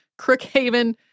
Crookhaven